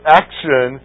action